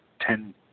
ten